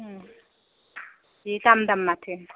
जि दाम दाम माथो